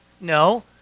No